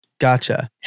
Gotcha